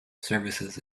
services